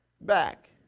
back